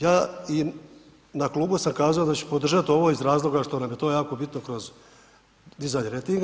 Ja i na Klubu sam kaz'o da ću podržati ovo iz razloga što nam je to jako bitno kroz dizanje rejtinga.